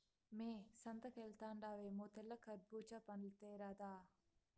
మ్మే సంతకెల్తండావేమో తెల్ల కర్బూజా పండ్లు తేరాదా